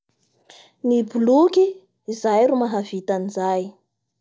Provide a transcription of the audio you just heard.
Ny boloky izay ro mahavita anizay.